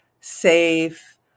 safe